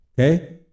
Okay